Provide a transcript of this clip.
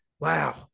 Wow